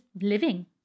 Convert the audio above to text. living